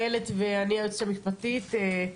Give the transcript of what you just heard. איילת היועצת המשפטית ואני,